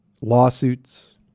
lawsuits